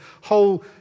whole